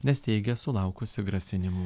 nes teigia sulaukusi grasinimų